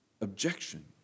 objection